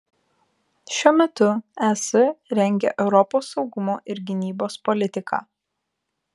šiuo metu es rengia europos saugumo ir gynybos politiką